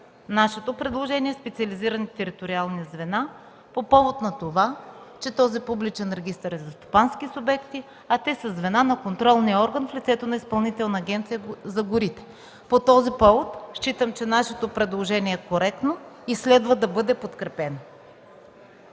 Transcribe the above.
нашето предложение „специализираните териториални звена” по повод на това, че този публичен регистър е за стопански субекти, а те са звена на контролния орган в лицето на Изпълнителната агенция по горите. Във връзка с това считам, че нашето предложение е коректно и следва да бъде подкрепено.